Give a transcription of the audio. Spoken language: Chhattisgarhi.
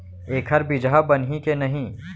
एखर बीजहा बनही के नहीं?